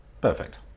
Perfect